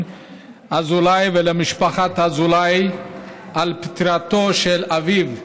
אזולאי ולמשפחת אזולאי על פטירתו של אביו,